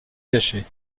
cacher